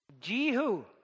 Jehu